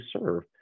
serve